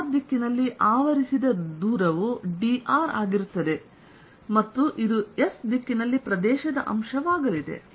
r ದಿಕ್ಕಿನಲ್ಲಿ ಆವರಿಸಿದ ದೂರವು dr ಆಗಿರುತ್ತದೆ ಮತ್ತು ಇದು S ದಿಕ್ಕಿನಲ್ಲಿ ಪ್ರದೇಶದ ಅಂಶವಾಗಲಿದೆ